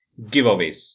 giveaways